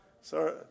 Sorry